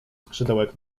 skrzydełek